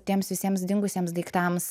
tiems visiems dingusiems daiktams